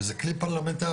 זה כלי פרלמנטרי,